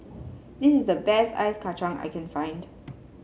this is the best Ice Kacang I can find